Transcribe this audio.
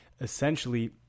essentially